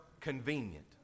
convenient